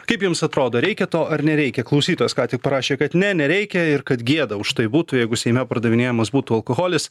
kaip jums atrodo reikia to ar nereikia klausytojas ką tik parašė kad ne nereikia ir kad gėda už tai būtų jeigu seime pardavinėjamas būtų alkoholis